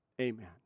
Amen